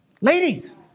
Ladies